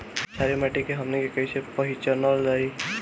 छारी माटी के हमनी के कैसे पहिचनल जाइ?